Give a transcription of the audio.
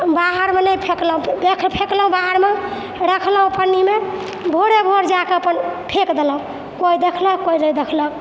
बाहरमे नहि फेकलहुँ फेक फेकलहुँ बाहरमे रखलहुँ पन्नीमे भोरे भोर जाकऽ अपन फेक देलहुँ कोइ देखलक कोइ नहि देखलक